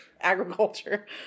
agriculture